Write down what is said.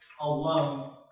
Alone